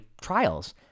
trials